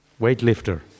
Weightlifter